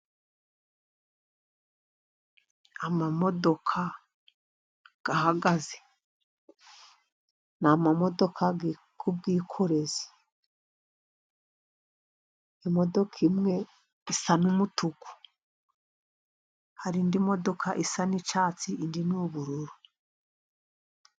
Amamodoka ahagaze n'amamodoka y'ubwikorezi, imodoka imwe isa n'umutuku hari indi modoka isa n'icyatsi indi ni ubururu.